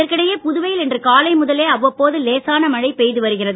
இதற்கிடையே புதுவையில் இன்று காலை முதலே அவ்வப்போது லேசான மழை பெய்து வருகிறது